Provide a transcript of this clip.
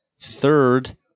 Third